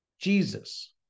Jesus